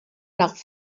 nach